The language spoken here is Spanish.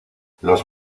los